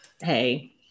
Hey